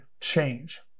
change